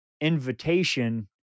invitation